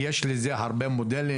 ויש לזה הרבה מודלים,